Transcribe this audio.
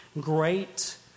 great